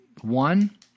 One